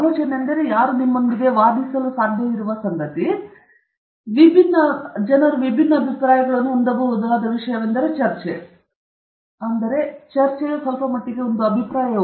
ಆದ್ದರಿಂದ ಒಂದು ಚರ್ಚೆ ಸ್ವಲ್ಪಮಟ್ಟಿಗೆ ಒಂದು ಅಭಿಪ್ರಾಯ